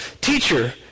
Teacher